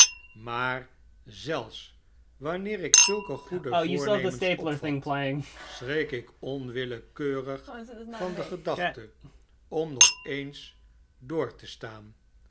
maar zelfs wanneer ik zulke goede voornemens opvat schrik ik onwillekeurig van de gedachte om nog eens door te staan